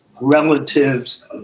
relatives